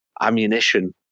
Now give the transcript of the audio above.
ammunition